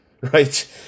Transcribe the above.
Right